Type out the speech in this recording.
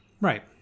Right